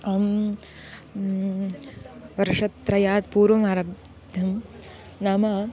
अहं वर्षत्रयात् पूर्वमारब्धं नाम